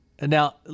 Now